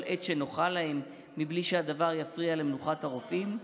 עת שנוחה להם בלי שהדבר יפריע למנוחת הרופאים?